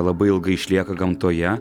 labai ilgai išlieka gamtoje